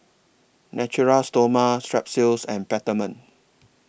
Natura Stoma Strepsils and Peptamen